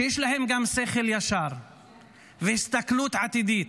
שיש להם גם שכל ישר והסתכלות עתידית,